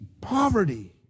poverty